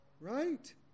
right